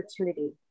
opportunity